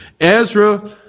Ezra